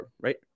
right